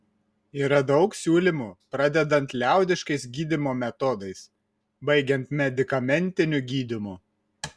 yra daug siūlymų pradedant liaudiškais gydymo metodais baigiant medikamentiniu gydymu